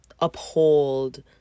uphold